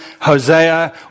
Hosea